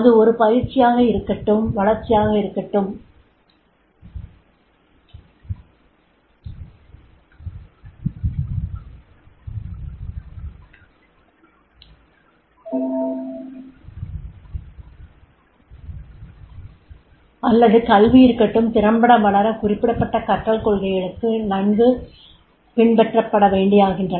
அது ஒரு பயிற்சியாக இருக்கட்டும் வளர்ச்சியாக இருக்கட்டும் அல்லது கல்வி இருக்கட்டும் திறம்பட வளர குறிப்பிடப்பட்ட கற்றல் கொள்கைகள் நங்கு பின்பற்றப்பட வேண்டியவையாகின்றன